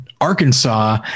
Arkansas